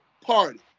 party